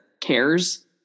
cares